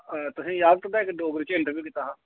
तुसें गी याद ऐ तुं'दा इक डोगरी च इंटरव्यू कीता हा